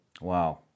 Wow